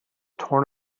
torn